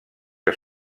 que